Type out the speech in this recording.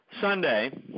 Sunday